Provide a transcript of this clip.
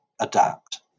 adapt